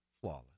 Flawless